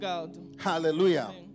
Hallelujah